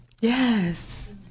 Yes